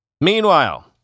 Meanwhile